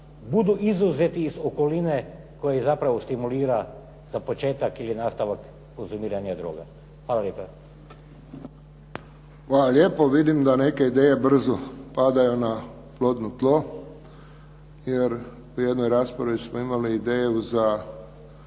budu izuzeti iz okoline koja ih zapravo stimulira za početak ili nastavak konzumiranja droga. Hvala lijepa. **Friščić, Josip (HSS)** Hvala lijepo. Vidim da neke ideje brzo padaju na plodno tlo jer u jednoj raspravi smo imali ideju za